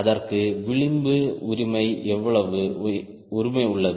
அதற்கு விளிம்பு உரிமை உள்ளது